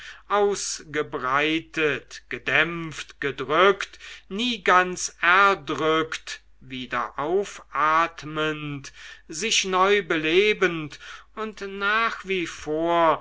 ausgebreitet gedämpft gedrückt nie ganz erdrückt wieder aufatmend sich neu belebend und nach wie vor